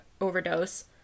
overdose